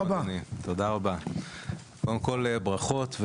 קודם כל ברכות,